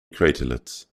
craterlets